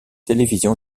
télévision